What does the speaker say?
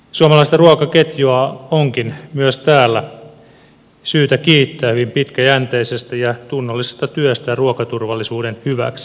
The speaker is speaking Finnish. suomalaista ruokaketjua onkin myös täällä syytä kiittää hyvin pitkäjänteisestä ja tunnollisesta työstä ruokaturvallisuuden hyväksi